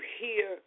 hear